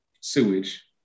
sewage